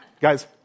Guys